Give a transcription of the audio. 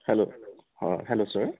hello অঁ hello sir